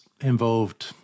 involved